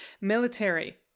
military